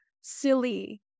silly